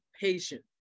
patient